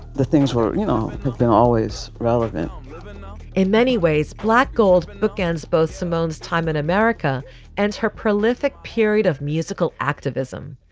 the things where, you know, have been always relevant in many ways black gold bookends both simmons time in america and her prolific period of musical activism.